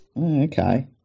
Okay